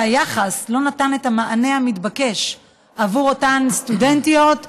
שהיחס לא נתן את המענה המתבקש עבור אותן סטודנטיות בהיריון,